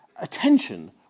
attention